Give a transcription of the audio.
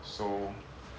so